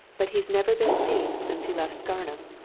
but he's never been seen since he left scarnham.